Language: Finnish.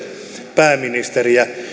pääministeriä